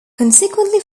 consequently